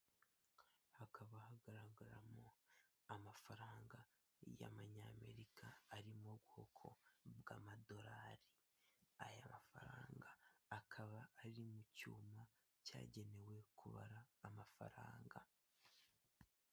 Hakaba hagaragaramo amafaranga y'amanyamerika ari mu bwoko bw'Amadorari. Aya mafaranga akaba ari mu cyuma cyagenewe kubara amafaranga.